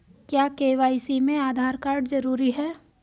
क्या के.वाई.सी में आधार कार्ड जरूरी है?